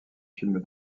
film